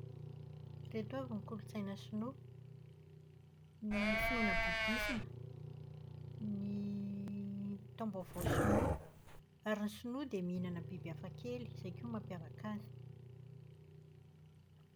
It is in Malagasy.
Ireto avy ny kolotsaina sinoa. Ny finoana bodisma, ny taombaovao sinoa. Ary ny sinoa dia mihinana biby hafakely. Izay koa no mampiavaka azy.